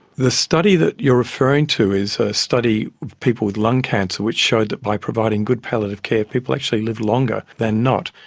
the study that you are referring to is a study of people with lung cancer which showed that by providing good palliative care people actually live longer than not.